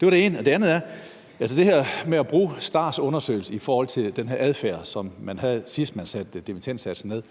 det her med at bruge STAR's undersøgelse i forhold til den her adfærd, som man havde, sidst man satte dimittendsatsen ned.